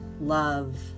love